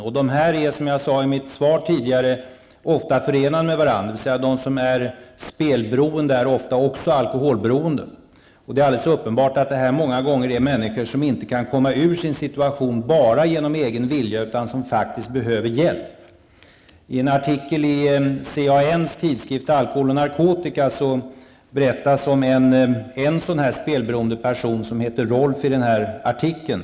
Som jag tidigare i mitt svar har sagt är dessa områden ofta förenade med varandra -- dvs. de som är spelberoende är ofta också alkoholberoende. Det är alldeles uppenbart att det många gånger handlar om människor som inte kan ta sig ur sin situation enbart genom egen vilja, utan de behöver faktiskt hjälp. I en artikel i CANs tidskrift Alkohol och narkotika berättas om en spelberoende person, som kallas Rolf i artikeln.